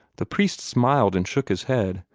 the priest smiled and shook his head.